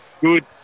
good